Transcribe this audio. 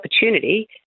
opportunity